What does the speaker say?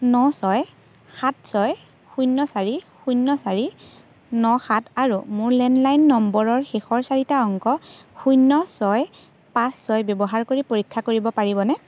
ন ছয় সাত ছয় শূন্য চাৰি শূন্য চাৰি ন সাত আৰু মোৰ লেণ্ডলাইন নম্বৰৰ শেষৰ চাৰিটা অংক শূন্য ছয় পাঁচ ছয় ব্যৱহাৰ কৰি পৰীক্ষা কৰিব পাৰিবনে